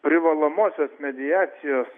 privalomosios mediacijos